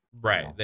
Right